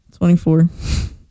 24